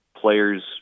players